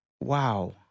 Wow